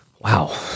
Wow